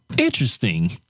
Interesting